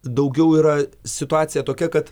daugiau yra situacija tokia kad